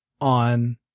On